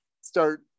start